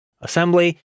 assembly